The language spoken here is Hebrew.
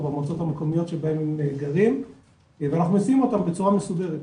או במועצות המקומיות שבהם הם גרים ואנחנו מסיעים אותם בצורה מסודרת.